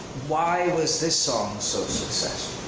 why was this song so successful?